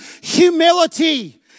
humility